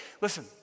listen